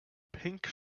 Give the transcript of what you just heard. pink